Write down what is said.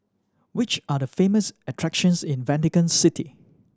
which are the famous attractions in Vatican City